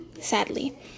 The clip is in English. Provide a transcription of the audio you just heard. sadly